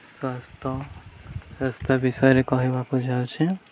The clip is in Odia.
ସ୍ୱାସ୍ଥ୍ୟ ସ୍ୱାସ୍ଥ୍ୟ ବିଷୟରେ କହିବାକୁ ଯାଉଛି